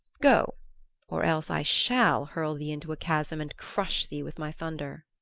go or else i shall hurl thee into a chasm and crush thee with my thunder.